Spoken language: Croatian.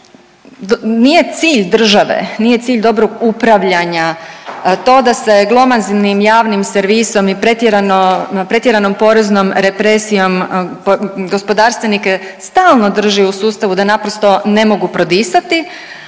nije cilj države, nije cilj dobrog upravljanja to da se glomaznim javnim servisom i pretjerano, pretjeranom poreznom represijom gospodarstvenike stalno drži u sustavu da naprosto ne mogu prodisati,